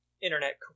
internet